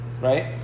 right